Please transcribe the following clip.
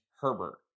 Herbert